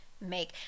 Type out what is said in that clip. make